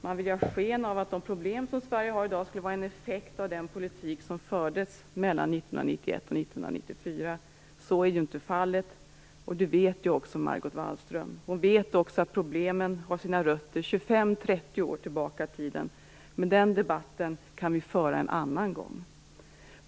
Man vill göra sken av att de problem som Sverige har i dag skulle vara en effekt av den politik som fördes 1991-1994. Så är ju inte fallet, och det vet också Margot Wallström. Hon vet också att problemen har sina rötter 25-30 år tillbaka i tiden. Men den debatten kan vi föra en annan gång.